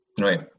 Right